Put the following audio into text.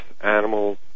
animals